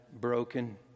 broken